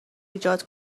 ایجاد